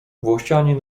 włościanin